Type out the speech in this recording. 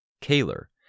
Kaler